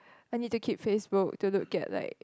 I need to keep Facebook to look at like